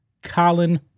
Colin